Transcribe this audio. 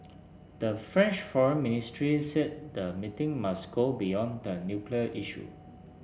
the French foreign ministry said the meeting must go beyond the nuclear issue